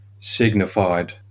signified